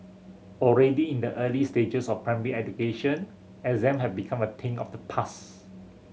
already in the early stages of primary education exam have become a thing of the past